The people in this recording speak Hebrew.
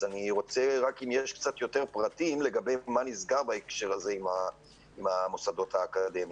אז אני רוצה לדעת פרטים לגבי הנושא הזה ומה סוכם עם המוסדות האקדמיים.